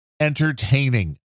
entertaining